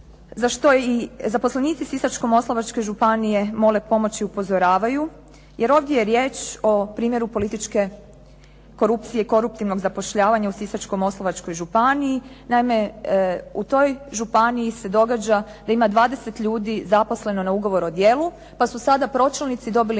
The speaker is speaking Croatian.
za što i zaposlenici Sisačko-moslavačke županije mole pomoć i upozoravaju jer ovdje je riječ o primjeru političke korupcije i koruptivnog zapošljavanja u Sisačko-moslavačkoj županiji. Naime, u toj županiji se događa da ima 20 ljudi zaposleno na ugovor o djelu, pa su sada pročelnici dobili nalog